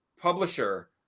publisher